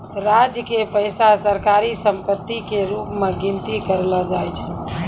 राज्य के पैसा सरकारी सम्पत्ति के रूप मे गनती करलो जाय छै